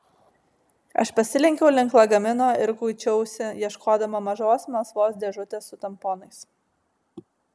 aš pasilenkiau link lagamino ir kuičiausi ieškodama mažos melsvos dėžutės su tamponais